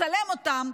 מצלם אותם,